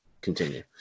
Continue